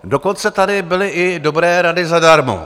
Dokonce tady byly i dobré rady zadarmo.